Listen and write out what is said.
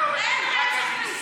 הומניות.